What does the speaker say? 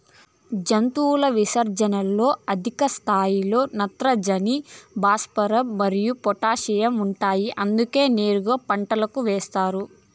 జంతువుల విసర్జనలలో అధిక స్థాయిలో నత్రజని, భాస్వరం మరియు పొటాషియం ఉంటాయి అందుకే నేరుగా పంటలకు ఏస్తారు